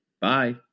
Bye